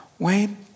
Wayne